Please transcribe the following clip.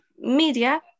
media